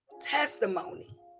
Testimony